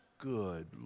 good